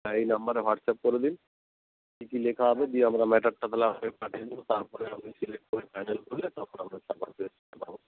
হ্যাঁ এই নাম্বারে হোয়াটস্যাপ করে দিন কী কী লেখা হবে দিয়ে আমরা ম্যাটারটা তাহলে আজকে পাঠিয়ে দিবো তারপরে আপনি সিলেক্ট করলে ফাইনাল করলে তখন আমরা ছাপাতে পাঠাবো